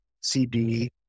CD